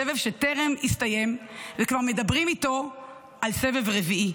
סבב שטרם הסתיים, וכבר מדברים איתו על סבב רביעי.